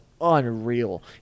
unreal